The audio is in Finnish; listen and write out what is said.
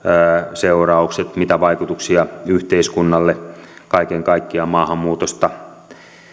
seuraukset mitä vaikutuksia yhteiskunnalle kaiken kaikkiaan maahanmuutosta